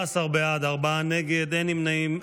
17 בעד, ארבעה נגד, אין נמנעים.